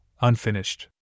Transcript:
unfinished